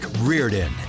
Reardon